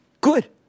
Good